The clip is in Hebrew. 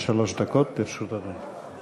עד שלוש דקות לרשות אדוני.